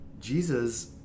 Jesus